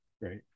Right